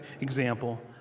example